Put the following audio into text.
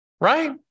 right